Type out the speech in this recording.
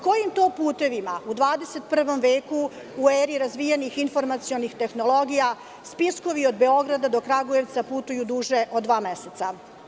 Kojim to putevima u 21. veku, u eri razvijenih informacionih tehnologija spiskovi od Beograda do Kragujevca putuju duže od dva meseca?